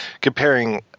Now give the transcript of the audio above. comparing